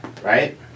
right